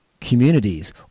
communities